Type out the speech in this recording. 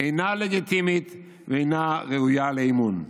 אינה לגיטימית ואינה ראויה לאמון.